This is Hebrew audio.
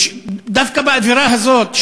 דווקא באווירה הזאת,